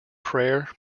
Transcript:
prayer